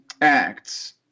acts